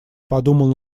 подумал